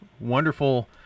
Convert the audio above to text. wonderful